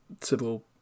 civil